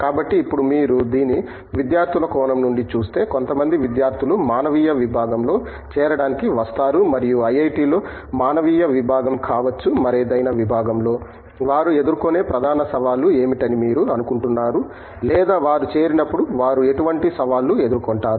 కాబట్టి ఇప్పుడు మీరు దీనిని విద్యార్థుల కోణం నుండి చూస్తే కొంతమంది విద్యార్థులు మానవీయ విభాగంలో చేరడానికి వస్తారు మరియు ఐఐటిలో మానవీయ విభాగం కావచ్చు మరేదయినా విభాగంలో వారు ఎదుర్కొనే ప్రధాన సవాళ్లు ఏమిటని మీరు అనుకుంటున్నారు లేదా వారు చేరినప్పుడు వారు ఎటువంటి సవాళ్లు ఎదుర్కొంటారు